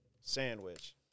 Sandwich